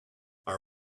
our